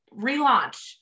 relaunch